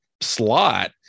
slot